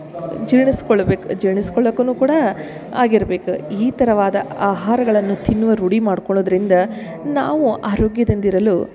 ಜೀರ್ಣಿಸ್ಕೊಳ್ಬೇಕು ಜೀರ್ಣಿಸ್ಕೊಳ್ಳಕ್ಕುನು ಕೂಡ ಆಗಿರ್ಬೇಕು ಈ ಥರವಾದ ಆಹಾರಗಳನ್ನು ತಿನ್ನುವ ರೂಢಿ ಮಾಡ್ಕೊಳೊದರಿಂದ ನಾವು ಆರೋಗ್ಯದಿಂದಿರಲು